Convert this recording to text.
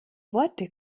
worte